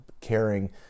caring